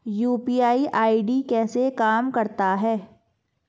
UPI ID कैसे काम करता है?